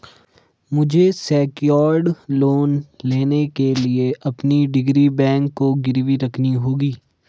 मुझे secured loan लेने के लिए अपनी डिग्री बैंक को गिरवी रखनी होगी